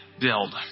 build